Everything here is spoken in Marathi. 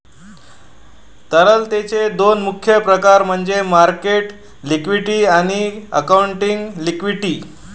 तरलतेचे दोन मुख्य प्रकार म्हणजे मार्केट लिक्विडिटी आणि अकाउंटिंग लिक्विडिटी